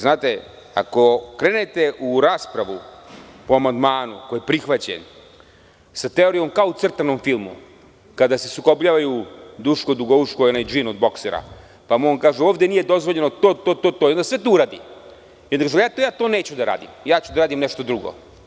Znate, ako krenete u raspravu po amandmanu koji je prihvaćen sa teorijom kao u crtanom filmu, kada se sukobljavaju Duško Dugouško i onaj džin od boksera, pa mu on kaže ovde mi je dozvoljeno to, to i onda sve to uradi, e da znate da ja to neću da uradim, ja ću da radim nešto drugo.